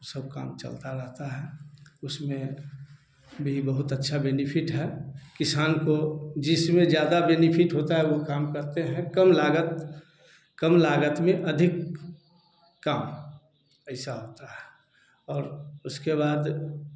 सब काम चलता रहता है उसमें भी बहुत अच्छा बेनिफिट है किसान को जिसमें ज़्यादा बेनिफिट होता है वो काम करते हैं कम लागत कम लागत में अधिक काम ऐसा होता है और उसके बाद